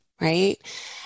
right